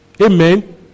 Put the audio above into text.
Amen